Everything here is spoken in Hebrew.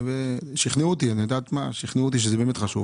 שכנעו אותי שזה באמת חשוב.